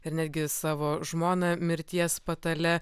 ir netgi savo žmoną mirties patale